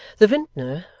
the vintner,